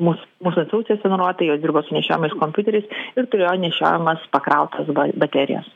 mus mūsų instrukcijose nurodyta jos dirbo su nešiojamais kompiuteriais ir turėjo nešiojamas pakrautas baterijas